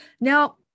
Now